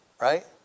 right